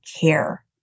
care